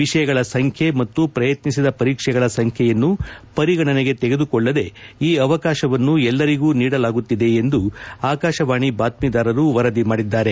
ವಿಷಯಗಳ ಸಂಬ್ಲೆ ಮತ್ತು ಪ್ರಯತ್ನಿಸಿದ ಪರೀಕ್ಷೆಗಳ ಸಂಬ್ಲೆಯನ್ನು ಪರಿಗಣನೆಗೆ ತೆಗೆದುಕೊಳ್ಳದೇ ಈ ಅವಕಾಶವನ್ನು ಎಲ್ಲರಿಗೂ ನೀಡಲಾಗುತ್ತಿದೆ ಎಂದು ಆಕಾಶವಾಣಿ ಬಾತ್ತೀದಾರರು ವರದಿ ಮಾಡಿದ್ದಾರೆ